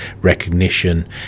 recognition